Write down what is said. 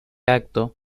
acto